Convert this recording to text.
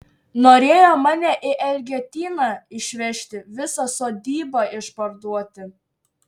norėjo mane į elgetyną išvežti visą sodybą išparduoti